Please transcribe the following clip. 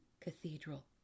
Cathedral